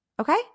okay